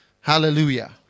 Hallelujah